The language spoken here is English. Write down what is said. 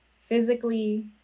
physically